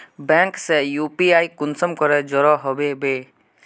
Bank से UPI कुंसम करे जुड़ो होबे बो?